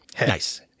Nice